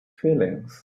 feelings